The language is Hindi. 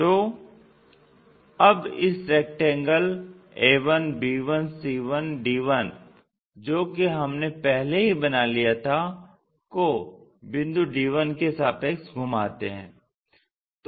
तो अब इस रेक्टेंगल a1b1c1d1 जो कि हमने पहले ही बना लिया था को बिंदु d1 के सापेक्ष घुमाते हैं